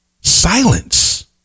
Silence